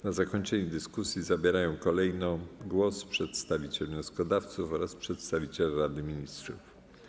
Na zakończenie dyskusji głos zabierają kolejno przedstawiciel wnioskodawców oraz przedstawiciel Rady Ministrów.